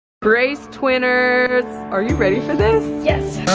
brace-twinners, are you ready for this? yes.